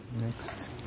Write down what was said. Next